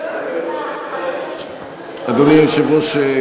אדוני היושב-ראש,